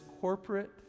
corporate